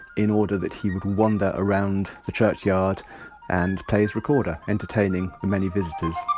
in order that he would wander around the churchyard and play his recorder, entertaining the many visitors.